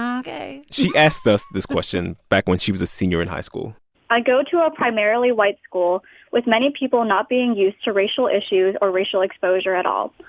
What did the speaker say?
um ok she asked us this question back when she was a senior in high school i go to a primarily white school with many people not being used to racial issues or racial exposure at all.